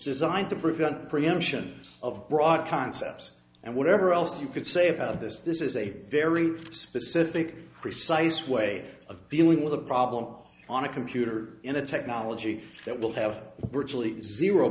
designed to prevent preemption of broad concepts and whatever else you could say about this this is a very specific precise way of dealing with a problem on a computer in a technology that will have virtually zero